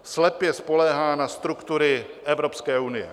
Slepě spoléhá na struktury Evropské unie.